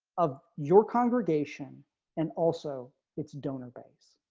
of your congregation and also its donor base.